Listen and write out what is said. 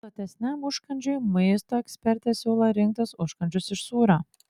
sotesniam užkandžiui maisto ekspertė siūlo rinktis užkandžius iš sūrio